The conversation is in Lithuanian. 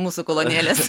mūsų kolonėlės